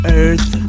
earth